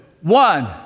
one